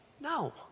No